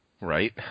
Right